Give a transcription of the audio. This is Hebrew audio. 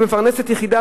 כמפרנסת יחידה,